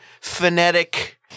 phonetic